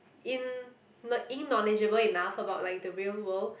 in in knowledgeable enough about like the real world